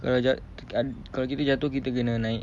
kalau jat~ kalau kita jatuh kita kena naik